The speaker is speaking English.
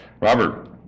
Robert